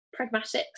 pragmatics